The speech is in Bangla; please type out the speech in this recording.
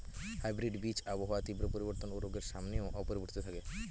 হাইব্রিড বীজ আবহাওয়ার তীব্র পরিবর্তন ও রোগের সামনেও অপরিবর্তিত থাকে